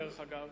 דרך אגב,